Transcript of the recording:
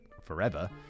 forever